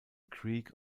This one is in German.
creek